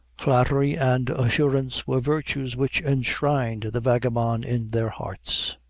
flattery, and assurance were virtues which enshrined the vagabond in their hearts.